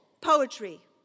poetry